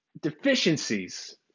deficiencies